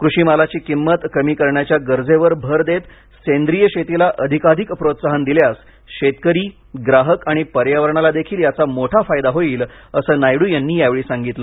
कृषी मालाची किंमत कमी करण्याच्या गरजेवर भर देत सेंद्रिय शेतीला अधिकाधिक प्रोत्साहन दिल्यास शेतकरी ग्राहक आणि पर्यावरणालादेखील याचा मोठा फायदा होईल असं नायडू यांनी यावेळी सांगितलं